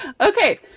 Okay